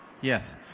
Yes